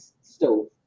stove